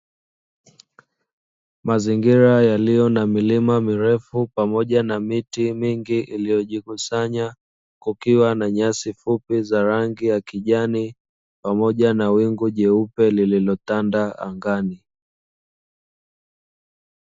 Mazingira yaliyo na milima mirefu pamoja na miti mingi iliyojikusanya, kukiwa na nyasi fupi za rangi ya kijani pamoja na wingu jeupe lililotanda angani.